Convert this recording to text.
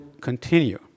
continue